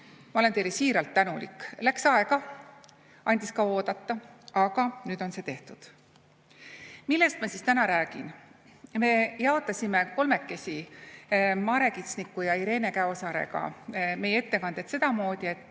ma olen teile siiralt tänulik. Läks aega, andis oodata, aga nüüd on see tehtud. Millest ma siis täna räägin? Me jaotasime kolmekesi Mare Kitsniku ja Irene Käosaarega meie ettekanded sedamoodi, et